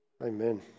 amen